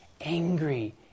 angry